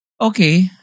Okay